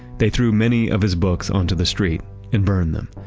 they threw many of his books onto the street and burned them.